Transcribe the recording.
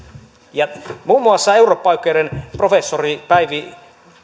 muun muassa eurooppaoikeuden professori päivi